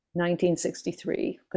1963